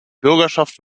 bürgerschaft